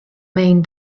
main